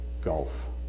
gulf